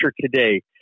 today